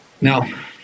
Now